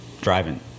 driving